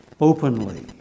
openly